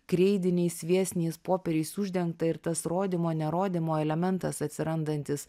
kreidiniais sviestiniais popieriais uždengta ir tas rodymo nerodymo elementas atsirandantis